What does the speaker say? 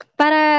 para